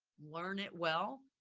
learn it well,